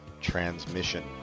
Transmission